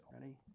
Ready